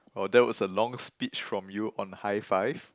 oh that was a long speech from you on hi five